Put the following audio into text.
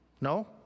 No